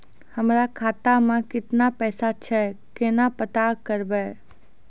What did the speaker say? हमरा खाता मे केतना पैसा छै, केना पता करबै?